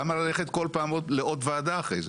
למה ללכת כל פעם לעוד וועדה אחרי זה.